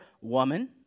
woman